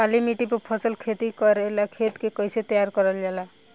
काली मिट्टी पर फसल खेती करेला खेत के कइसे तैयार करल जाला?